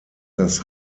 das